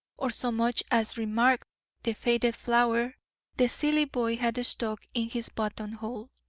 or so much as remarked the faded flower the silly boy had stuck in his buttonhole.